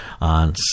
on